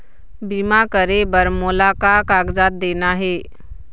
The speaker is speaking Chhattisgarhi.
बीमा करे बर मोला का कागजात देना हे?